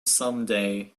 someday